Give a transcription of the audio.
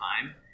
time